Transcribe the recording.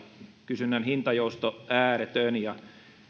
kysynnän hintajousto ääretön